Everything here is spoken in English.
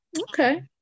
Okay